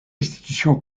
institution